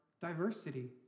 diversity